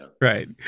Right